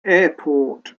airport